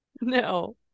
No